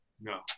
no